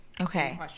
Okay